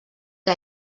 que